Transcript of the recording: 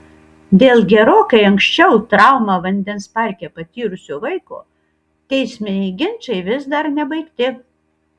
dėl gerokai anksčiau traumą vandens parke patyrusio vaiko teisminiai ginčai vis dar nebaigti